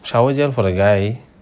shower gel for the guy